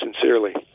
sincerely